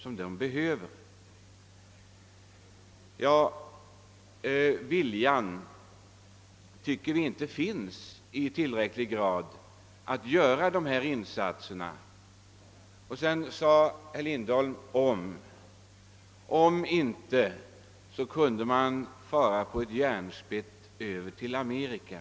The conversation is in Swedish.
Vi tycker inte att viljan finns i tillräcklig grad för att åstadkomma de här insatserna. Herr Lindholm sade också att om inte »om» fanns skulle man kunna fara på ett järnspett till Amerika.